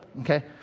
okay